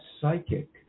psychic